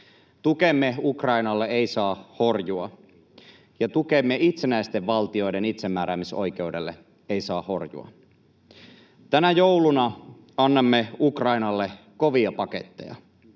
Tukemme Ukrainalle ei saa horjua, ja tukemme itsenäisten valtioiden itsemääräämisoikeudelle ei saa horjua. Tänä jouluna annamme Ukrainalle kovia paketteja.